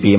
പിയും